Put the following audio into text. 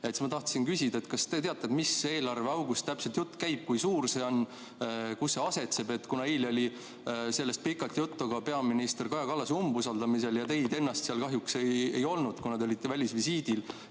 ma tahtsin küsida, kas te teate, mis eelarveaugust täpselt jutt käib. Kui suur see on? Kus see asetseb? Eile oli sellest pikalt juttu ka peaminister Kaja Kallase umbusaldamisel. Teid seal kahjuks ei olnud, kuna te olite välisvisiidil,